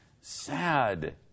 sad